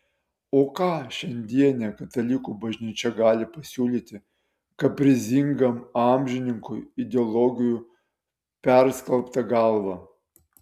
o ką šiandienė katalikų bažnyčia gali pasiūlyti kaprizingam amžininkui ideologijų perskalbta galva